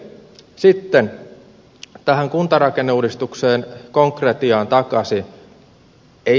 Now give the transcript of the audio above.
no okei sitten tähän kuntarakenneuudistukseen konkretiaan takaisin